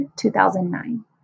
2009